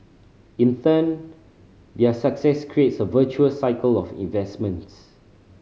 in turn their success creates a virtuous cycle of investments